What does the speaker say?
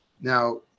Now